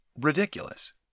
ridiculous